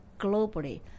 globally